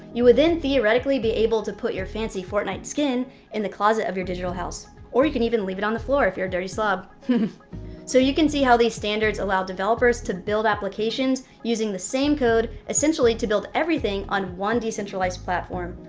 you would then theoretically be able to put your fancy fortnite skin in the closet of your digital house, or you can even leave it on the floor if you're a dirty slob. lol so you can see how these standards allow developers to build applications using the same code, essentially to build everything on one decentralized platform,